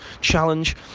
challenge